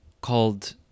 called